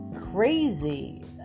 crazy